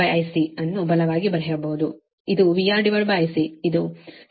8 Ω ಇದರ ವ್ಯತ್ಯಾಸ ಇಲ್ಲಿ 0